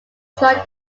joined